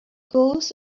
goes